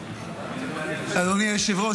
אדוני היושב-ראש,